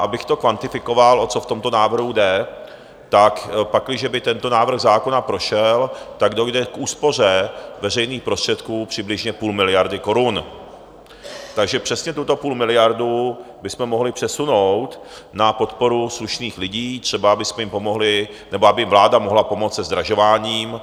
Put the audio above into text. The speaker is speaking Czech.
Abych to kvantifikoval, o co v tomto návrhu jde: pakliže by tento návrh zákona prošel, dojde k úspoře veřejných prostředků přibližně půl miliardy korun, takže přesně tuto půlmiliardu bychom mohli přesunout na podporu slušných lidí, třeba abychom jim pomohli nebo aby vláda mohla pomoci se zdražováním.